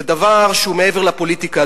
זה דבר שהוא מעבר לפוליטיקה,